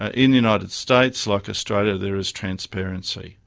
ah in the united states, like australia, there is transparency,